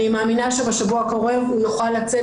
אני מאמינה שבשבוע הקרוב הוא יוכל לצאת